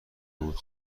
بود